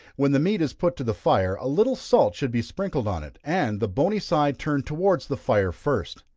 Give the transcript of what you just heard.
when the meat is put to the fire, a little salt should be sprinkled on it, and the bony side turned towards the fire first.